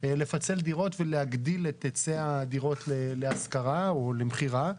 לפצל דירות ולהגדיל את היצע הדירות להשכרה או למכירה.